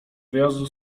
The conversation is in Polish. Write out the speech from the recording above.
wyjazdu